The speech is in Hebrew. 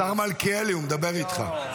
השר מלכיאלי, הוא מדבר איתך.